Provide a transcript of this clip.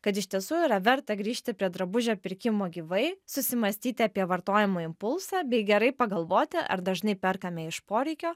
kad iš tiesų yra verta grįžti prie drabužio pirkimo gyvai susimąstyti apie vartojimo impulsą bei gerai pagalvoti ar dažnai perkame iš poreikio